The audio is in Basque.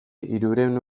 hirurehun